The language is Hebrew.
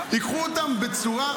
ייקחו אותם בצורה,